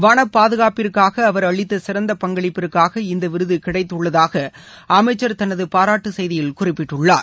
வன பாதுகாப்பிற்காக அவர் அளித்த சிறந்த பங்களிப்பிற்காக இந்த விருது கிடைத்துள்ளதாக அமைச்சர் தனது பாராட்டு செய்தியில் குறிப்பிட்டுள்ளார்